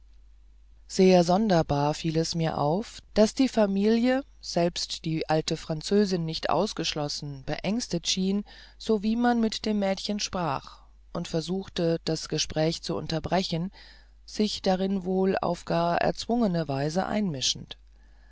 sehr sonderbar fiel es mir auf daß die familie keinen selbst die alte französin nicht ausgeschlossen beängstet schien sowie man mit dem mädchen sprach und versuchte das gespräch zu unterbrechen sich darin manchmal auf gar erzwungene weise einmischend